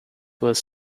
was